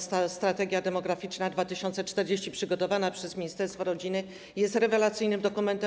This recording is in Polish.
Strategia demograficzna 2040” przygotowana przez ministerstwo rodziny jest rewelacyjnym dokumentem.